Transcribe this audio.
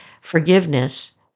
forgiveness